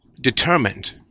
determined